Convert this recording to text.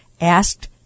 asked